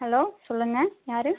hello சொல்லுங்கள் யார்